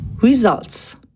Results